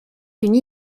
une